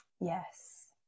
Yes